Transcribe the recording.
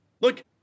Look